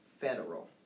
federal